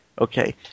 Okay